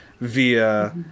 via